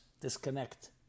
disconnect